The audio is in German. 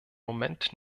moment